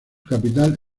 capital